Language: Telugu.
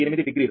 048 డిగ్రీ